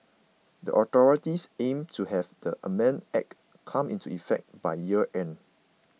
the authorities aim to have the amended Act come into effect by year end